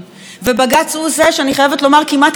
ובג"ץ הוא שכמעט כפה,